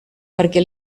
perquè